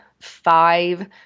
five